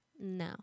no